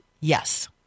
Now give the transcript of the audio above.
Yes